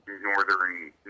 northern